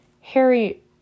Harry